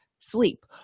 sleep